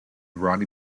ronnie